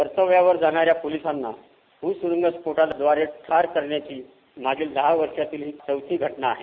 कर्तव्यावर जाणाऱ्या पोलिसांना भूसूरूग स्फोटाद्वारे ठार करण्याची मागील दहा वर्षातली ही चौथी घटना आहे